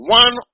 one